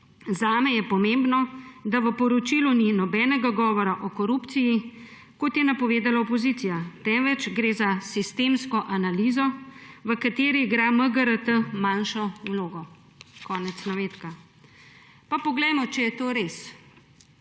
Zame je pomembno, da v poročilu ni nobenega govora o korupciji, kot je napovedala opozicija, temveč gre za sistemsko analizo, v kateri igra MGRT manjšo vlogo.« Konec navedka. Pa poglejmo, ali je to res.